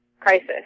crisis